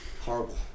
Horrible